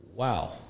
Wow